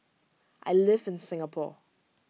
I live in Singapore